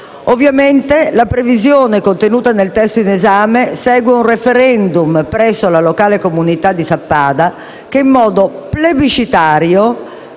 Ovviamente la previsione contenuta nel testo in esame segue un *referendum* presso la locale comunità di Sappada che, in modo plebiscitario,